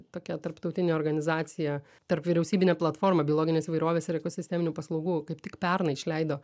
tokia tarptautinė organizacija tarpvyriausybinė platforma biologinės įvairovės ir ekosisteminių paslaugų kaip tik pernai išleido